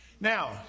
Now